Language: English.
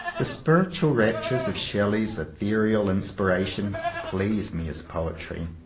the spiritual raptures of shelley's ethereal in spiration please me as poetry,